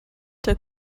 took